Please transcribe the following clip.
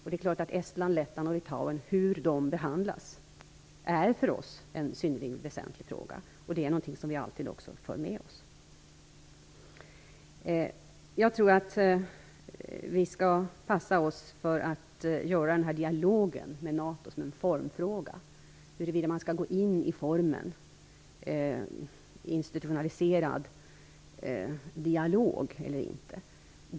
Hur Estland, Lettland och Litauen behandlas är självfallet en synnerligen väsentlig fråga för Sverige, och någonting som vi alltid för med oss. Jag tror att vi skall passa oss för att göra dialogen med NATO till en formfråga, dvs. huruvida man skall gå in i en form av institutionaliserad dialog eller inte.